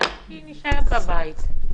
אני נשארת בבית,